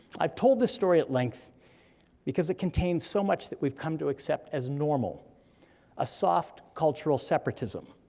i've told this story at length because it contains so much that we've come to accept as normal a soft cultural separatism,